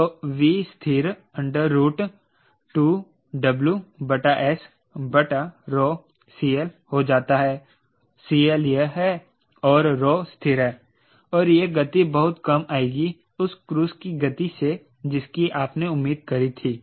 तो V स्थिर 2WSCL हो जाता है CL यह है और स्थिर है और यह गति बहुत कम आएगी उस क्रूज की गति से जिसकी आपने उम्मीद करी थी